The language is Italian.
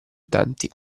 utenti